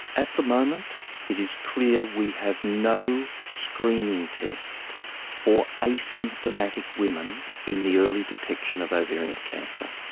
at the moment it is clear we have no screening test for asymptomatic women in the early detection of ovarian cancer.